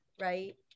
right